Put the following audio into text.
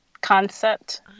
concept